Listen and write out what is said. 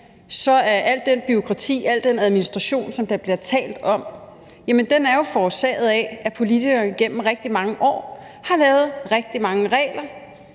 så er alt det bureaukrati og al den administration, som der bliver talt om, forårsaget af, at politikerne gennem rigtig mange år har lavet rigtig mange regler,